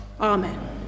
Amen